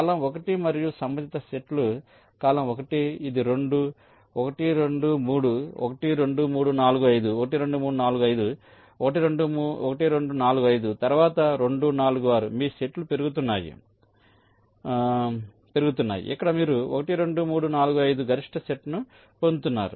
column 1 మరియు సంబంధిత సెట్లు కాలమ్ 1 ఇది 2 1 2 3 1 2 3 4 5 1 2 3 4 5 1 2 4 5 తర్వాత 2 4 6 మీ సెట్లు పెరుగుతున్నాయి పెరుగుతున్నాయి పెరుగుతున్నాయి ఇక్కడ మీరు 1 2 3 4 5 గరిష్ట సెట్ను పొందుతున్నారు